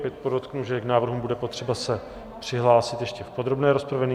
Opět podotknu, že k návrhům bude potřeba se přihlásit ještě v podrobné rozpravě.